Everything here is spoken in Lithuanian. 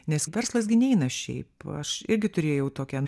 nes verslas gi neina šiaip aš irgi turėjau tokią